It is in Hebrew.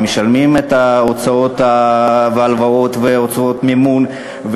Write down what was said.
הם משלמים הוצאות והלוואות והוצאות מימון,